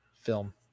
film